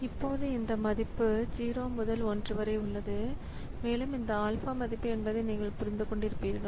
இப்போது இந்த மதிப்பு ஆல்பா 0 முதல் 1 வரை உள்ளது மேலும் இந்த ஆல்பா மதிப்பு என்பதை நீங்கள் புரிந்து கொண்டிருப்பீர்கள்